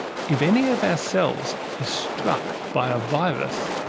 if any of our cells is struck by a virus,